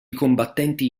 combattenti